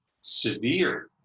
severe